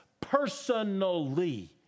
personally